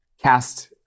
cast